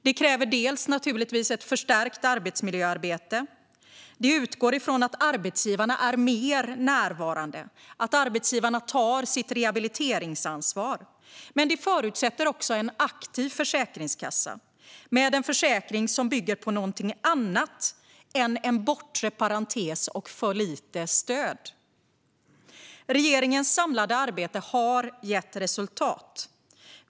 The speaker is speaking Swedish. Det kräver naturligtvis ett förstärkt arbetsmiljöarbete som utgår från att arbetsgivarna är mer närvarande och tar sitt rehabiliteringsansvar. Men det förutsätter också en aktiv försäkringskassa med en försäkring som bygger på något annat än en bortre parentes och för lite stöd. Regeringens samlade arbete har gett resultat.